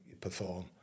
perform